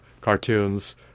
cartoons